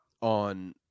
on